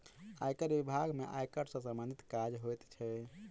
आयकर बिभाग में आयकर सॅ सम्बंधित काज होइत छै